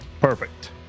perfect